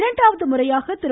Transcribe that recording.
இரண்டாவது முறையாக திரு